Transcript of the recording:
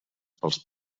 pels